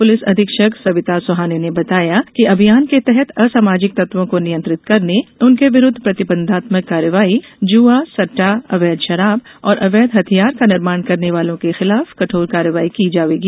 police अधीक्षक सविता सोहाने ने बताया कि अभियान के तहत असामाजिक तत्वों को नियंत्रित करने उनके विरूद्व प्रतिबंधात्मक कार्रवाई जुआ सट्टा अवैध शराब और अवैध हथियार का निर्माण करने वालों के खिलाफ कठोर कार्रवाई की जावेगी